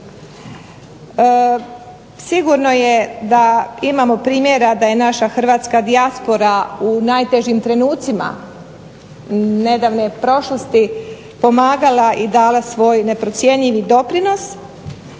Sigurno je da imamo primjera da je naša hrvatska dijaspora u najtežim trenucima nedavne prošlosti pomagala i dala svoj neprocjenjivi doprinos.